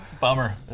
Bummer